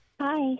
Hi